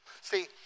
See